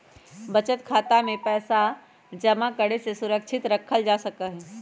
बचत खातवा में पैसवा जमा करके सुरक्षित रखल जा सका हई